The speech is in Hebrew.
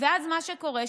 ואז מה שקורה,